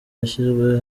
yashyizwe